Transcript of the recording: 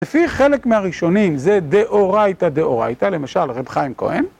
לפי חלק מהראשונים זה דאורייתא דאורייתא, למשל רב חיים כהן.